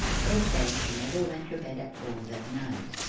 they say she never went ter bed at all that night,